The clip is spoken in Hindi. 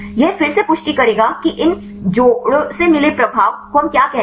यह फिर से पुष्टि करेगा कि इन जोड़े से मिले प्रभाव को हम क्या कहते हैं